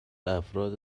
افراد